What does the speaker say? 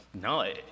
No